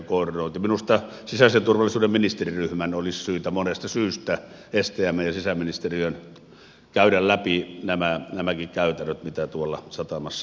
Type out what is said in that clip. minusta sisäisen turvallisuuden ministeriryhmän stmn ja sisäministeriön olisi syytä monesta syystä käydä läpi nämäkin käytännöt mitä tuolla satamassa on